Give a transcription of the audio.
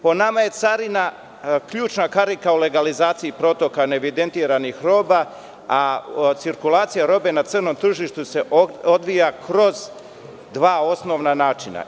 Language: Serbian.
Po nama je carina ključna karika u legalizaciji protoka neevidentiranih roba, a cirkulacija robe na crnom tržištu se odvija kroz dva osnovna načina.